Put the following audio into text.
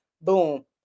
Boom